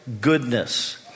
goodness